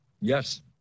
Yes